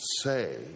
say